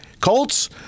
Colts